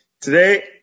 today